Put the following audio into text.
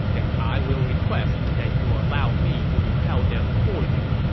then i will request that you allow me to repel them for you.